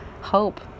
hope